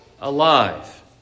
alive